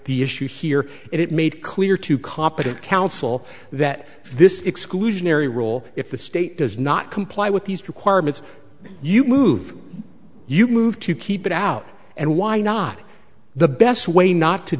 the issue here it made clear to competent counsel that this exclusionary rule if the state does not comply with these requirements you move you move to keep it out and why not the best way not to